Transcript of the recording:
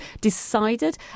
decided